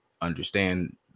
understand